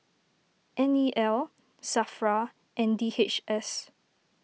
N E L Safra and D H S